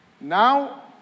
Now